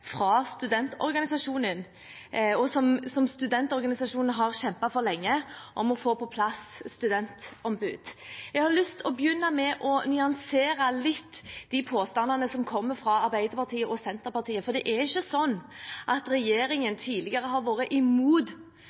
fra Norsk studentorganisasjon – og som studentorganisasjonen har kjempet for lenge – om å få på plass studentombud. Jeg har lyst til å begynne med å nyansere litt påstandene som kommer fra Arbeiderpartiet og Senterpartiet, for det er ikke slik at regjeringen tidligere har vært imot